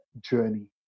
journey